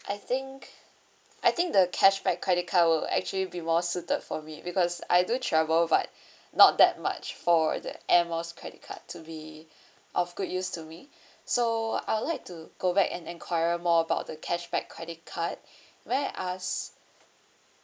I think I think the cashback credit card will actually be more suited for me because I do travel but not that much for the air miles credit card to be of good use to me so I'd like to go back and inquire more about the cashback credit card may I ask